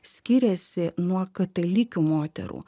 skiriasi nuo katalikių moterų